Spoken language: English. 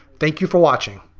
thank you for watching.